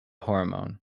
hormone